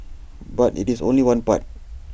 but IT is only one part